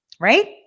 right